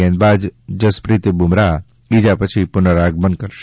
ગેંદબાજ જસપ્રીત બુમરાહ ઇજા પછી પુનરાગમન કરશે